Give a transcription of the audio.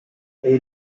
est